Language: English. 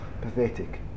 pathetic